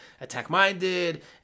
attack-minded